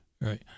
Right